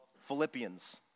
Philippians